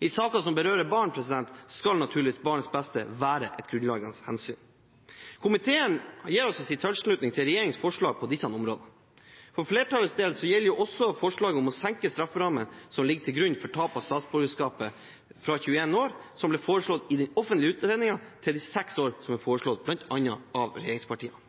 I saker som berører barn, skal barnets beste naturligvis være et grunnleggende hensyn. Komiteen gir sin tilslutning til regjeringens forslag på disse områdene. For flertallets del gjelder det også forslaget om å senke strafferammen som skal ligge til grunn for tap av statsborgerskap, fra 21 år, som ble foreslått i den offentlige utredningen, til 6 år, som er foreslått av regjeringspartiene Høyre og Fremskrittspartiet.